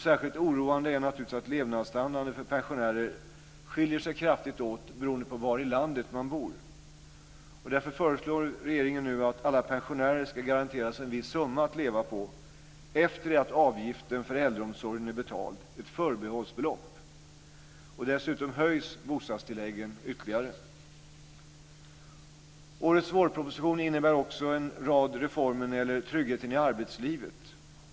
Särskilt oroande är naturligtvis att levnadsstandarden för pensionärer skiljer sig kraftigt åt beroende på var i landet de bor. Därför föreslår regeringen nu att alla pensionärer ska garanteras en viss summa att leva på efter det av avgiften för äldreomsorgen är betald, dvs. ett förbehållsbelopp. Dessutom höjs bostadstilläggen ytterligare. Årets vårproposition innebär också en rad reformer när det gäller tryggheten i arbetslivet.